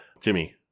Jimmy